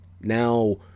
Now